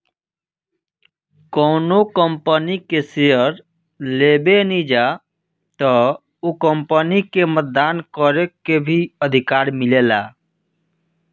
कौनो कंपनी के शेयर लेबेनिजा त ओ कंपनी में मतदान करे के भी अधिकार मिलेला